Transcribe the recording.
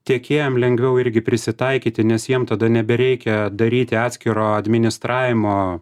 tiekėjam lengviau irgi prisitaikyti nes jiem tada nebereikia daryti atskiro administravimo